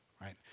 right